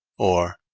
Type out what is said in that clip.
or,